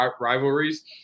rivalries